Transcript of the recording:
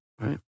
Right